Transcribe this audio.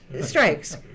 strikes